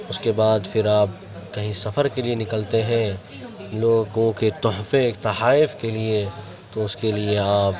اس کے بعد پھر آپ کہیں سفر کے لیے نکلتے ہیں لوگوں کے تحفے تحائف کے لیے تو اس کے لیے آپ